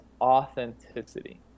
authenticity